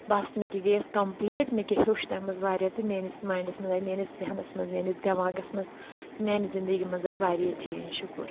بَس مےٚ کیاہ گٔیٚیَس کَمپٕلیٖٹ مےٚ کیاہ ہیٚوچھ تیٚمہِ منٛز واریاہ تہٕ میٲنِس مایِنٛڈَس منٛز آیہِ میٲنِس ذٔہنَس منٛز میٲنِس دؠماغَس منٛز تہٕ میانہِ زندگی منٛز آیہِ واریاہ چینٛج شُکُر